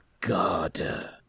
God